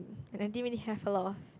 i didn't really have a lot of